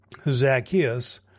Zacchaeus